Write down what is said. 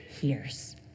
hears